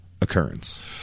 occurrence